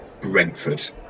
Brentford